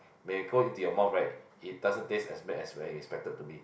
when it go into your mouth right it doesn't taste as bad as when you expected it to be